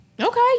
Okay